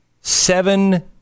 seven